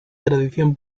tradición